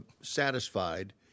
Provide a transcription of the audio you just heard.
satisfied